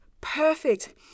perfect